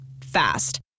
fast